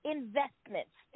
Investments